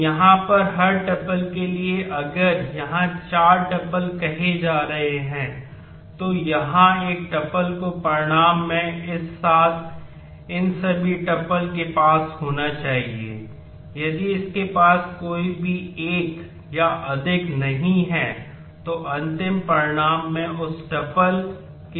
तो यहाँ पर हर टुपल की सुविधा नहीं होगी